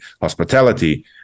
hospitality